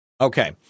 Okay